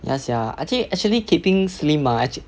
ya sia I think actually keeping slim ah actua~